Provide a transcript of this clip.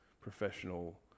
professional